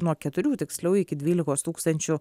nuo keturių tiksliau iki dvylikos tūkstančių